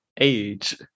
Age